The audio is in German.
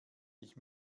ich